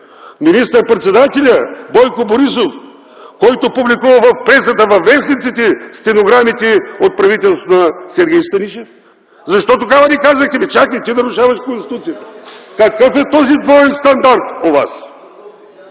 министър-председателят Бойко Борисов, който публикува в пресата, във вестниците, стенограмите от правителството на Сергей Станишев?! Защо тогава не казахте: „Чакай, ти нарушаваш Конституцията”? Какъв е този двоен стандарт у вас?